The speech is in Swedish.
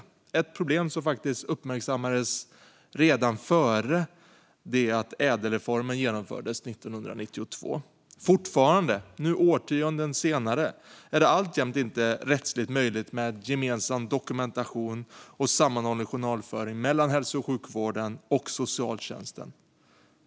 Det är ett problem som faktiskt uppmärksammades redan innan ädelreformen genomfördes 1992. Fortfarande, nu årtionden senare, är det inte rättsligt möjligt med gemensam dokumentation och sammanhållen journalföring mellan hälso och sjukvården och socialtjänsten.